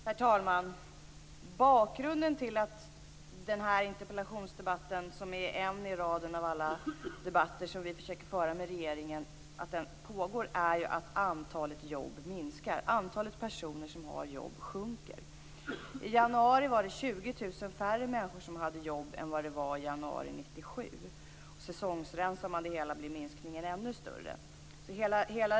Herr talman! Bakgrunden till den här interpellationsdebatten, som är en i raden av alla debatter som vi försöker föra med regeringen, är att antalet jobb minskar. Antalet personer som har jobb sjunker. I januari var det 20 000 färre människor som hade jobb än i januari 1997. Säsongsrensar man det hela blir minskningen ännu större.